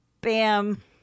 bam